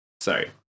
Sorry